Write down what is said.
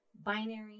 Binary